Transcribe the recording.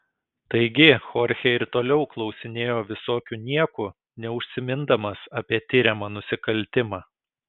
taigi chorchė ir toliau klausinėjo visokių niekų neužsimindamas apie tiriamą nusikaltimą